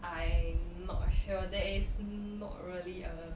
I'm not sure there is not really a